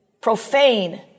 profane